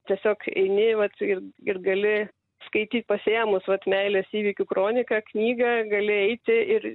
tiesiog eini vat ir ir gali skaityt pasiėmus vat meilės įvykių kroniką knygą gali eiti ir